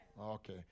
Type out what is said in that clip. Okay